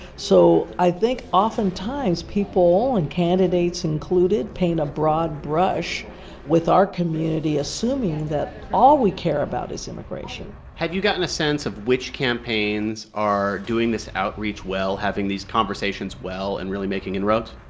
so i think oftentimes, people and candidates included paint a broad brush with our community assuming that all we care about is immigration have you gotten a sense of which campaigns are doing this outreach well, having these conversations well and really making inroads?